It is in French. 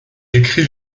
écrit